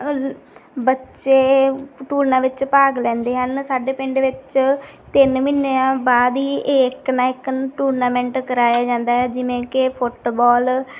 ਬੱਚੇ ਟੂਰਨਾ ਵਿੱਚ ਭਾਗ ਲੈਂਦੇ ਹਨ ਸਾਡੇ ਪਿੰਡ ਵਿੱਚ ਤਿੰਨ ਮਹੀਨਿਆਂ ਬਾਅਦ ਹੀ ਇਕ ਨਾ ਇਕ ਟੂਰਨਾਮੈਂਟ ਕਰਾਇਆ ਜਾਂਦਾ ਹੈ ਜਿਵੇਂ ਕਿ ਫੁੱਟਬੌਲ